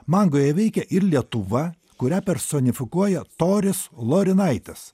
mangoje veikia ir lietuva kurią personifikuoja toris lorinaitis